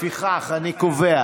לפיכך, אני קובע